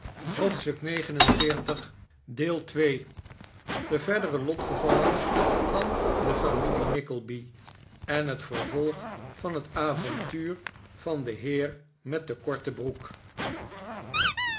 hoofdstuk xlix de verdere lotgevallen van de familie nickleby en het vervolg van het avontubr van den heer met de korte broek